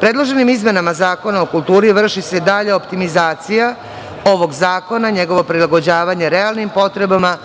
Predloženim izmenama Zakona o kulturi vrši se dalja optimizacija ovog zakona, njegovo prilagođavanje realnim potrebama